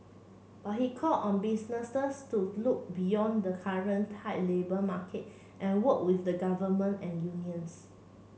but he called on businesses to look beyond the current tight labour market and work with the government and unions